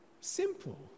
simple